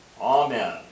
Amen